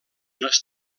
les